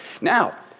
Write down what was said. Now